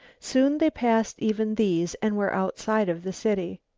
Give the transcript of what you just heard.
soon they passed even these and were outside of the city.